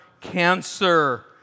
cancer